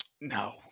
No